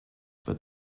but